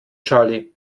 charlie